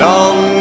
Long